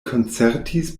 koncertis